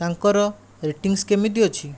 ତାଙ୍କର ରେଟିଂସ୍ କେମିତି ଅଛି